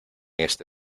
este